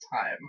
time